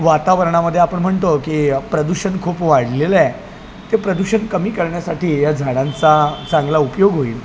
वातावरणामध्ये आपण म्हणतो की प्रदूषण खूप वाढलेलं आहे ते प्रदूषण कमी करण्यासाठी या झाडांचा चांगला उपयोग होईल